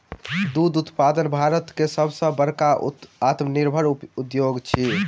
दूध उत्पादन भारतक सभ सॅ बड़का आत्मनिर्भर उद्योग अछि